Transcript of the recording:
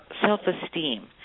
self-esteem